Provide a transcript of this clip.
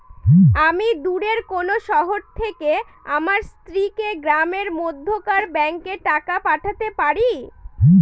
আমি দূরের কোনো শহর থেকে আমার স্ত্রীকে গ্রামের মধ্যেকার ব্যাংকে টাকা পাঠাতে পারি?